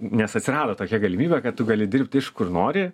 nes atsirado tokia galimybė kad tu gali dirbti iš kur nori